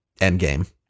Endgame